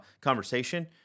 conversation